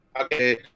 Okay